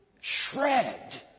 Shred